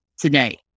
today